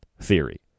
theory